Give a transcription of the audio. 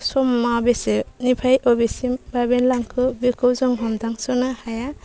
समआ बबेसेनिफ्राय बबेसिम बाबेनलांखो बेखौ जों हमदांस'नो हाया